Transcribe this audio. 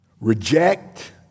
reject